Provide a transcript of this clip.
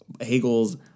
Hegel's